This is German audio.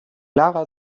lara